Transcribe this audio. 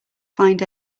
find